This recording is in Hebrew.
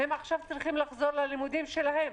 והם צריכים לחזור עכשיו ללימודים שלהם.